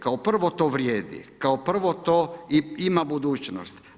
Kao prvo to vrijedi, kao prvo to ima budućnost.